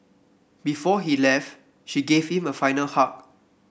before he left she give him a final hug